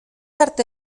arte